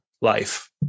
life